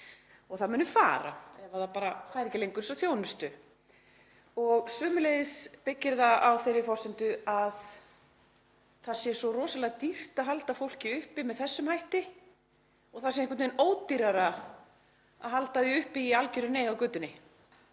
og það muni fara ef það fær ekki lengur þessa þjónustu. Sömuleiðis byggir það á þeirri forsendu að það sé svo rosalega dýrt að halda fólki uppi með þessum hætti og það sé einhvern veginn ódýrara að halda því uppi í algerri neyð á götunni.